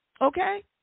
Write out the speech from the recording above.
Okay